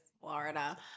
Florida